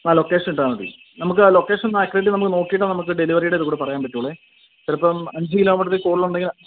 ആ ലൊക്കേഷൻ ഇട്ടാൽ മതി നമുക്ക് ആ ലൊക്കേഷൻ ഒന്ന് ആക്കിയിട്ട് നോക്കിയിട്ട് നമുക്ക് ഡെലിവറിയുടെ ഇതും കൂടി പറയാൻ പറ്റുകയുള്ളു ചിലപ്പം അഞ്ചു കിലോമീറ്റർ കൂടുതലുണ്ടെങ്കിൽ